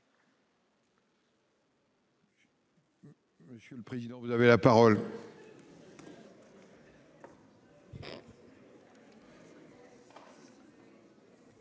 Monsieur le président vous avez la parole.